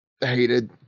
hated